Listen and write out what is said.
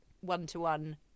one-to-one